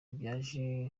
byaje